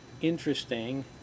Interesting